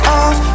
off